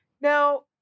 Now